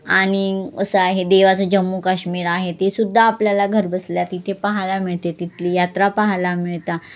आणि असं आहे देवाचं जम्मू काश्मीर आहे ते सुद्धा आपल्याला घर बसल्या तिथे पाहायला मिळते तिथली यात्रा पाहायला मिळतं